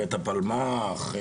בית הפלמ"ח,